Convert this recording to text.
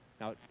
Now